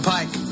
Pike